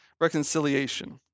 reconciliation